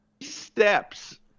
steps